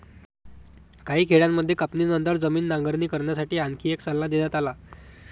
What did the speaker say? काही खेड्यांमध्ये कापणीनंतर जमीन नांगरणी करण्यासाठी आणखी एक सल्ला देण्यात आला